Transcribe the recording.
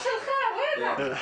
הדוח שלך, איפה אתה?